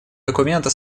документа